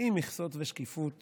עם מכסות ושקיפות